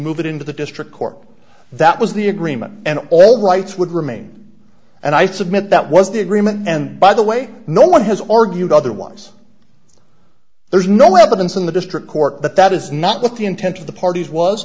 it into the district court that was the agreement and all rights would remain and i submit that was the agreement and by the way no one has argued otherwise there's no evidence in the district court that that is not what the intent of the parties was